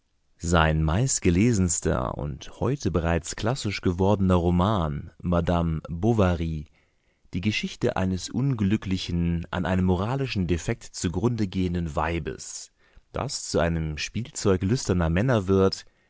sein meistgelesenster und heute bereits klassisch gewordener roman madame bovary die geschichte eines unglücklichen an einem moralischen defekt zugrunde gehenden weibes das zu einem spielzeug lüsterner männer wird